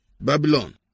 Babylon